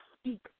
speak